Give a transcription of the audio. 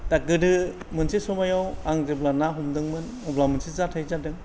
दा गोदो मोनसे समायाव आं जेब्ला ना हमदोंमोन अब्ला मोनसे जाथाय जादों